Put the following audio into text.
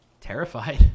Terrified